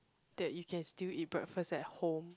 that you can still eat breakfast at home